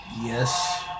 Yes